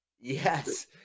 Yes